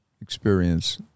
experience